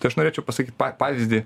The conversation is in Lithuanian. aš norėčiau pasakyt pavyzdį